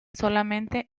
solamente